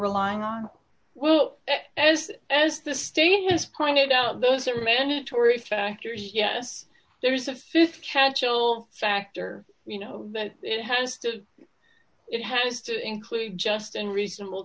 relying on well as as the state has pointed out those are mandatory factors yes there is a th casual factor you know that it has to it has to include just and reasonable